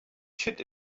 should